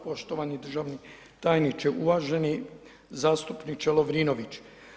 Poštovani državni tajniče, uvaženi zastupniče Lovrinović.